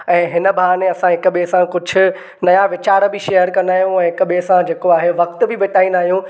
ऐं हिन बहाने असां हिक ॿिए सां कुझु नया वीचार बि शेयर कंदा आहियूं हिक ॿिए सां जेको आहे वक़्तु बिताईंदा आहियूं